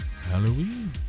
halloween